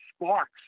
Sparks